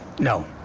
no.